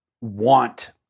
want